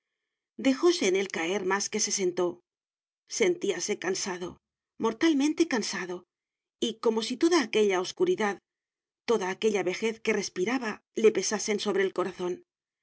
dejóse en él caer más que se sentó sentíase cansado mortalmente cansado y como si toda aquella oscuridad toda aquella vejez que respiraba le pesasen sobre el corazón